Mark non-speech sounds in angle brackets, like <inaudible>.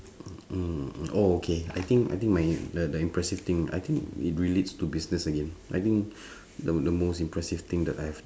mm oh okay I think I think my the the impressive thing I think it relates to business again I think <breath> the the most impressive thing that I've